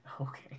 Okay